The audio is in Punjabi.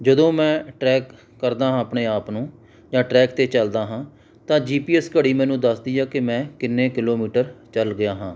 ਜਦੋਂ ਮੈਂ ਟਰੈਕ ਕਰਦਾ ਹਾਂ ਆਪਣੇ ਆਪ ਨੂੰ ਜਾਂ ਟਰੈਕ 'ਤੇ ਚੱਲਦਾ ਹਾਂ ਤਾਂ ਜੀ ਪੀ ਐੱਸ ਘੜੀ ਮੈਨੂੰ ਦੱਸਦੀ ਹੈ ਕਿ ਮੈਂ ਕਿੰਨੇ ਕਿਲੋਮੀਟਰ ਚੱਲ ਗਿਆ ਹਾਂ